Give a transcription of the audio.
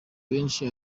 benshi